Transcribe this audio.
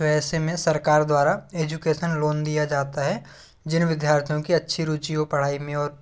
तो ऐसे में सरकार द्वारा एजुकेसन लोन दिया जाता है जिन विद्यार्थियों की अच्छी रुचि हो पढ़ाई में और